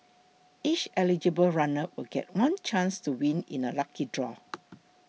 each eligible runner will get one chance to win in a lucky draw